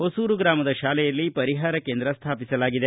ಹೊಸೂರು ಗ್ರಾಮದ ಶಾಲೆಯಲ್ಲಿ ಪರಿಹಾರ ಕೇಂದ್ರ ಸ್ಥಾಪಿಸಲಾಗಿದೆ